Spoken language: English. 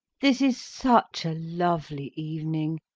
this is such a lovely evening.